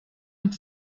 und